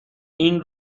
این